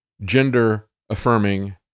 gender-affirming